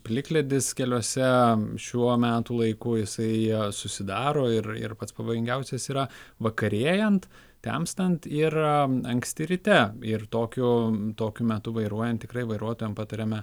plikledis keliuose šiuo metų laiku jisai susidaro ir ir pats pavojingiausias yra vakarėjant temstant ir anksti ryte ir tokiu tokiu metu vairuojant tikrai vairuotojam patariame